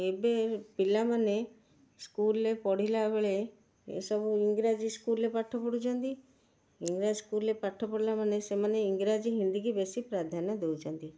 ଏବେ ପିଲାମାନେ ସ୍କୁଲରେ ପଢ଼ିଲା ବେଳେ ଏସବୁ ଇଂରାଜୀ ସ୍କୁଲରେ ପାଠ ପଢ଼ୁଛନ୍ତି ଇଂରାଜୀ ସ୍କୁଲରେ ପାଠ ପଢ଼ିଲା ମାନେ ସେମାନେ ଇଂରାଜୀ ହିନ୍ଦୀକୁ ବେଶୀ ପ୍ରାଧାନ୍ୟ ଦେଉଛନ୍ତି